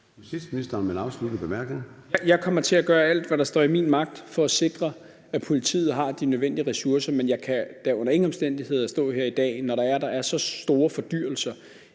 Jeg kommer til at gøre alt, hvad der står i min magt, for at sikre, at politiet har de nødvendige ressourcer. Men jeg kan da under ingen omstændigheder stå her i dag og garantere, at der